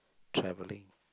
travelling